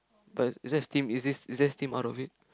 but is that steam is this is there steam out of it